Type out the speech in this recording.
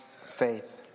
faith